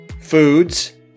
FOODS